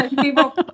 people